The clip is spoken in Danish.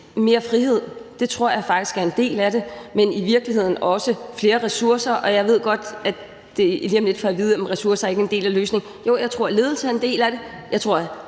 mere frihed. Det tror jeg faktisk er en del af det, men i virkeligheden også flere ressourcer – jeg ved godt, at jeg lige om lidt får at vide, at ressourcer ikke er en del af løsningen. Jeg tror, at ledelse er en del af det, jeg tror, at